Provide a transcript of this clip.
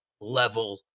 level